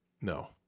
No